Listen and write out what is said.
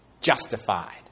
justified